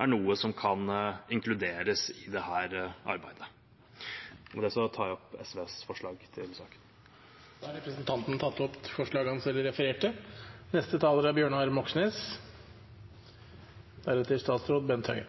er noe som kan inkluderes i dette arbeidet. Med det tar jeg opp SVs forslag til saken. Representanten Freddy André Øvstegård har tatt opp det forslaget han refererte til. Kielland-ulykken er